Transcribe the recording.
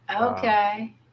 Okay